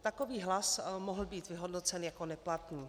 Takový hlas mohl být vyhodnocen jako neplatný.